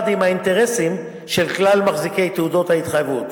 עם אינטרסים של כלל מחזיקי תעודות ההתחייבות.